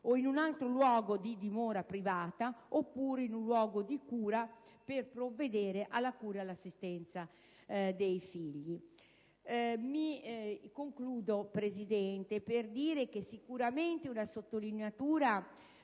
o in un altro luogo di dimora privata, oppure in un luogo di cura per provvedere alla cura e all'assistenza dei figli. Concludo, signora Presidente, evidenziando che merita una sottolineatura